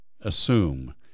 assume